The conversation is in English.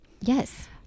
Yes